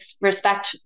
respect